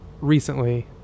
recently